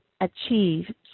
achieve